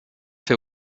fait